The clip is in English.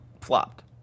flopped